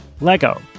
Lego